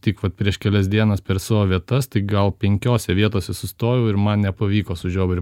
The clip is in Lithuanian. tik vat prieš kelias dienas per savo vietas tai gal penkiose vietose sustojau ir man nepavyko su žiobriu